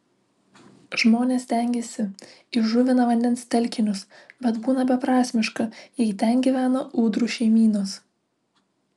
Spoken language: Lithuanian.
žmonės stengiasi įžuvina vandens telkinius bet būna beprasmiška jei ten gyvena ūdrų šeimynos